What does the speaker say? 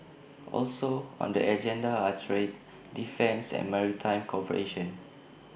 also on the agenda are trade defence and maritime cooperation